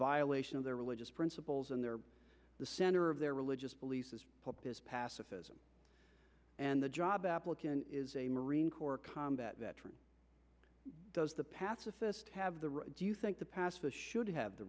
violation of their religious principles and their the center of their religious beliefs is pacifism and the job applicant is a marine corps combat veteran does the pacifist have the right do you think the passes should have the